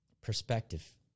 perspective